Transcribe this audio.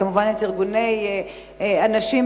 וכמובן את ארגוני הנשים,